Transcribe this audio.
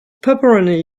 pepperoni